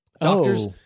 Doctors